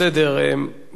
מסכימים לרעיון,